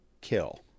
kill